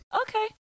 okay